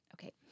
Okay